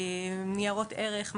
ניירות ערך,